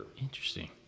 Interesting